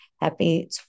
happy